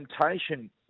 temptation